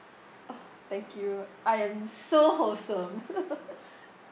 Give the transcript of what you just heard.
oh thank you I am so wholesome